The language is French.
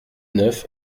neuf